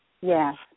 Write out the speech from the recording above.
Yes